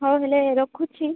ହଉ ହେଲେ ରଖୁଛି